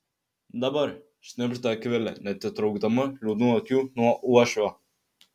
dabar šnibžda akvilė neatitraukdama liūdnų akių nuo uošvio